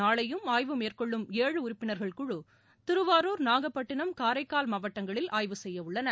நாளையும் ஆய்வு மேற்கொள்ளும் ஏழு உறுப்பினர்கள் குழு திருவாரூர் நாகைப்பட்டினம் காரைக்கால் மாவட்டங்களில் ஆய்வு செய்ய உள்ளனர்